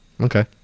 Okay